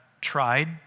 tried